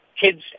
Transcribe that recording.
kids